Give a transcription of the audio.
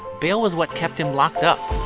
bail was what kept him locked up